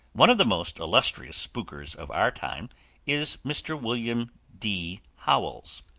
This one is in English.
one of the most illustrious spookers of our time is mr. william d. howells,